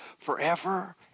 forever